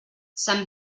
sant